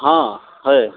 हाँ है